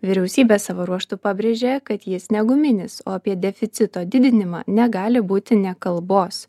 vyriausybė savo ruožtu pabrėžia kad jis ne guminis o apie deficito didinimą negali būti nė kalbos